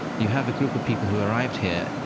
you have a group of people who arrived here,